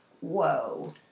whoa